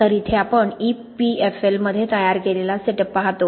तर इथे आपण EPFL मध्ये तयार केलेला सेटअप पाहतो